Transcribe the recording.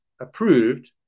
approved